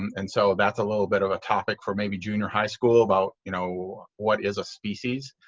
and so that's a little bit of a topic for maybe junior high school about, you know, what is a species.